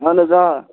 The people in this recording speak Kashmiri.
اَہَن حظ آ